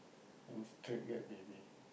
and straight get baby